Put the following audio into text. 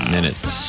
Minutes